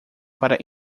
para